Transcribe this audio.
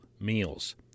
meals